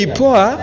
poor